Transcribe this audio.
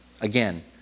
again